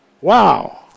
wow